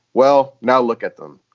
well, now look at them.